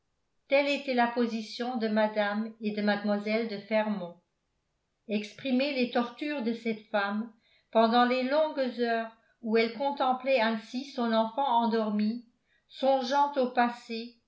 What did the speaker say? telle était la position de mme et de mlle de fermont exprimer les tortures de cette femme pendant les longues heures où elle contemplait ainsi son enfant endormie songeant au passé